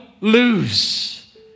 lose